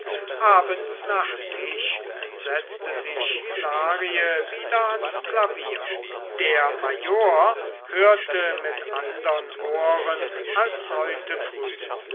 abends nach tisch setzte sich hilarie wieder ans klavier der major hörte mit andern ohren als heute früh